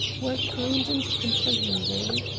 were kind and comprehending.